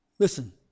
Listen